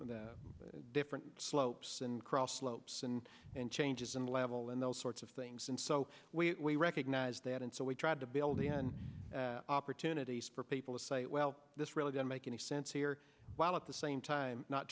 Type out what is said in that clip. the different slopes and cross slopes and and changes in level and those sorts of things and so we recognise that and so we tried to build the opportunities for people to say well this really didn't make any sense here while at the same time not